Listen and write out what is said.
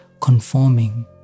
conforming